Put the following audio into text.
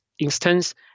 instance